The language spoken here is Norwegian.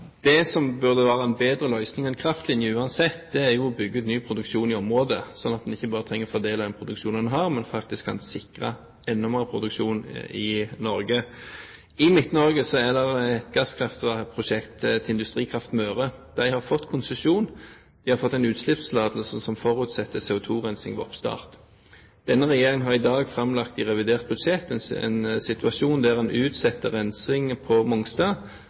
det skal jeg la ligge. Det som uansett burde være en bedre løsning enn en kraftlinje, er jo å bygge ut ny produksjon i området, sånn at en ikke bare trenger å fordele den produksjonen en har, men faktisk kan sikre enda mer produksjon i Norge. I Midt-Norge har vi gasskraftprosjektet til Industrikraft Møre. De har fått konsesjon, og de har fått en utslippstillatelse som forutsetter CO2-rensing ved oppstart. Denne regjeringen har i dag framlagt i revidert budsjett en sak der en utsetter rensing på Mongstad,